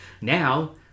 now